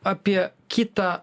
apie kitą